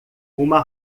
uma